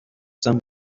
some